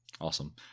Awesome